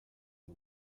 the